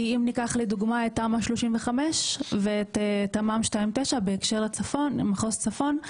אם ניקח לדוגמה את תמ"א 35 ואת תמ"מ 2/9 בהקשר מחוז צפון,